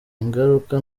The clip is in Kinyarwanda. ingaruka